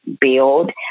build